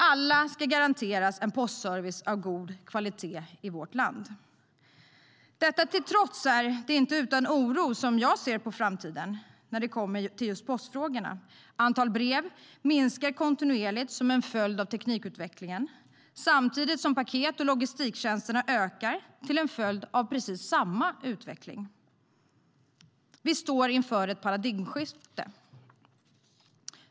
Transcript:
Alla ska garanteras en postservice av god kvalitet i vårt land. Detta till trots är det inte utan oro jag ser på framtiden när det kommer till postfrågorna. Antalet brev minskar kontinuerligt som en följd av teknikutvecklingen, samtidigt som paket och logistiktjänsterna ökar som en följd av precis samma utveckling. Vi står inför ett paradigmskifte.